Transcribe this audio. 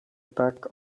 back